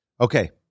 Okay